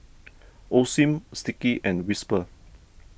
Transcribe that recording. Osim Sticky and Whisper